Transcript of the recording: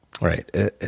Right